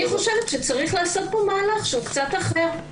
אני חושבת שצריך לעשות פה מהלך שהוא קצת אחר.